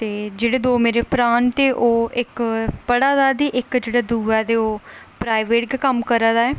ते जेहड़े दो मेरे भ्रां ना ते ओह् इक पढ़ा दा ते दूआ ते ओह् प्राइबेट गै कम्म करा दा ऐ